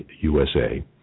USA